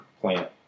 plant